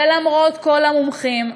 ולמרות כל המומחים,